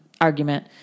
argument